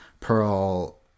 pearl